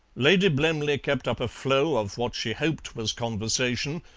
lady blemley kept up a flow of what she hoped was conversation,